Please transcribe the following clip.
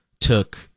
took